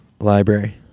Library